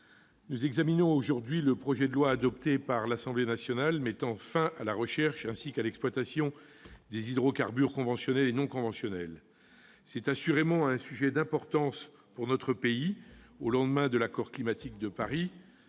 nous examinons aujourd'hui le projet de loi, adopté par l'Assemblée nationale, mettant fin à la recherche ainsi qu'à l'exploitation des hydrocarbures conventionnels et non conventionnels. C'est assurément un sujet d'importance pour notre pays au lendemain de l'accord climatique de Paris,